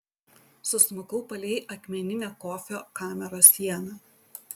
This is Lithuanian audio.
susmukau palei akmeninę kofio kameros sieną